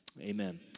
amen